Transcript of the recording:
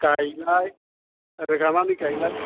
गायलाय रोगानानै गायलाय